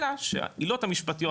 אלא שהעילות המשפטיות,